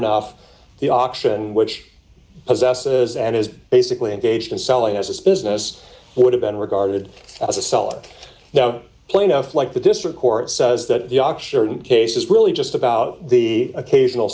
enough the auction which d possesses and is basically engaged in selling us this business would have been regarded as a seller now plaintiff like the district court says that the auction case is really just about the occasional